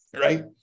right